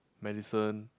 medicine